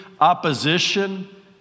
opposition